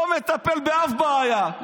לא מטפל באף בעיה.